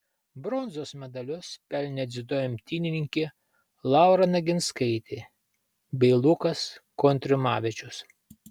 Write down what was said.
bronzos medalius pelnė dziudo imtynininkė laura naginskaitė bei lukas kontrimavičius